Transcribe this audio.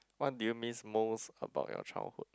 what do you miss most about your childhood